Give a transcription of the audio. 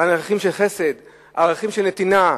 ערכים של חסד, ערכים של נתינה,